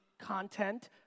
content